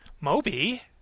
Moby